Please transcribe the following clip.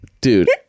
Dude